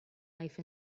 life